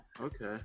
okay